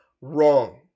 wrong